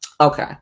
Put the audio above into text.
Okay